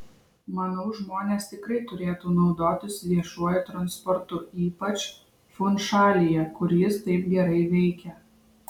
manau žmonės tikrai turėtų naudotis viešuoju transportu ypač funšalyje kur jis taip gerai veikia